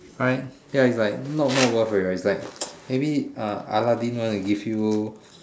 right ya it's like not not worth already is like maybe Aladdin want to give you